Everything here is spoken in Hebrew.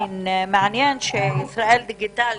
מעניין שישראל דיגיטלית,